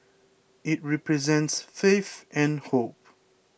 it represents faith and hope